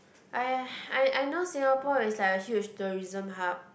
!aiya! I I know Singapore is like a huge tourism hub